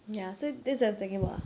ya so that's what I'm talking about ah